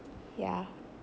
yeah